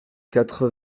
quatre